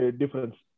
difference